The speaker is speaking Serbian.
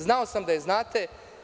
Znao sam da znate.